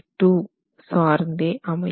2 சார்ந்தே அமையும்